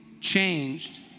Changed